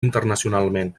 internacionalment